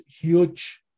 huge